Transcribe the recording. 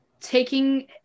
taking